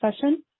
session